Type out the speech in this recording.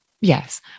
yes